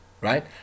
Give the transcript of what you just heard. right